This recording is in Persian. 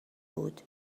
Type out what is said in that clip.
بود